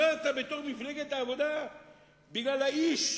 נבחרת בתוך מפלגת העבודה בגלל האיש,